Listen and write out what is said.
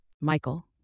Michael